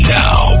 now